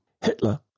Hitler